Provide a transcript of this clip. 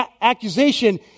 accusation